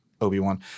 Obi-Wan